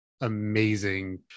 amazing